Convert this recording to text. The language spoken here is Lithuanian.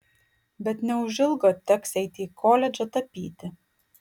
bet neužilgo teks eiti į koledžą tapyti